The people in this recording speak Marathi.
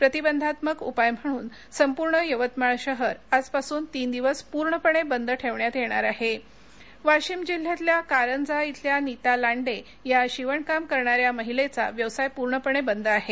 प्रतिबंधात्मक उपाय म्हणून संपूर्ण यवतमाळ शहर आजपासून तीन दिवस पूर्णपणे बंद ठेवण्यात येणार आहे वाशिम जिल्ह्यातल्या कारंजा इथल्या नीता लांडे ह्या शिवणकाम करणाऱ्या महिलेचा व्यवसाय पूर्णपणे बंद आहे